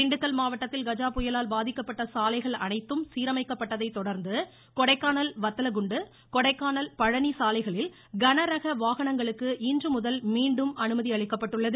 திண்டுக்கல் மாவட்டத்தில் கஜாபுயலால் பாதிக்கப்பட்ட சாலைகள் அனைத்தும் சீரமைக்கப்பட்டதை தொடா்ந்து கொடைக்கானல் வத்தலகுண்டு கொடைக்கானல் பழனி சாலைகளில் கன ரக வாகனங்களுக்கு இன்றுமுதல் மீண்டும் அனுமதி அளிக்கப்பட்டுள்ளது